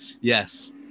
Yes